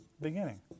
beginning